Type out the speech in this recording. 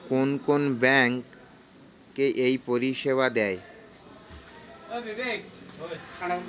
কোন কোন ব্যাঙ্ক এই পরিষেবা দেয়?